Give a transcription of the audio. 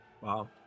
Wow